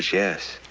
yes.